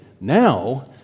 Now